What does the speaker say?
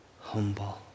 humble